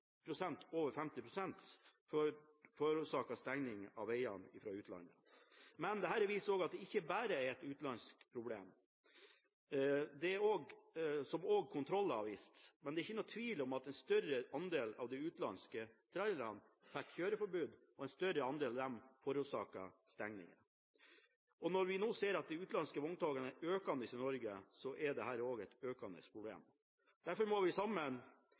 over 50 pst. av stengningene. Dette viser også at det ikke bare er de utenlandske vogntogene det er problemer med, noe som også kontroller har vist, men det er ingen tvil om at det var en større andel av de utenlandske trailerne som fikk kjøreforbud, og at en større andel av dem forårsaket stengning. Og når vi nå ser at det er en økning av utenlandske vogntog i Norge, så er dette også et økende problem. Derfor må vi sammen